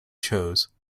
chose